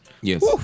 Yes